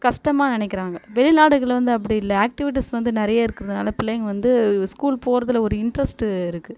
கஷ்டமாக நினைக்கிறாங்க வெளிநாடுகளில் வந்து அப்படி இல்லை ஆக்ட்டிவிட்டிஸ் வந்து நிறைய இருக்கிறதுனால பிள்ளைங்கள் வந்து ஸ்கூல் போகிறதுல ஒரு இன்ட்ரெஸ்ட் இருக்குது